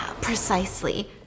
precisely